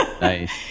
nice